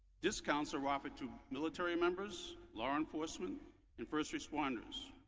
discounts are offered to military members, law enforcement and first responders.